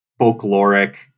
folkloric